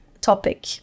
topic